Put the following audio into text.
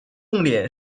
重点